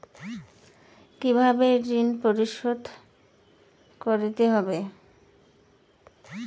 কিভাবে ঋণ পরিশোধ করতে হবে?